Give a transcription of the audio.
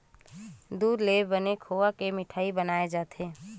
दूद ले बने खोवा के मिठई बनाए जाथे